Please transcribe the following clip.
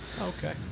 okay